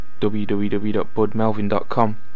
www.budmelvin.com